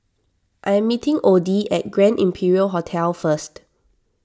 I am meeting Oddie at Grand Imperial Hotel first